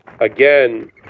again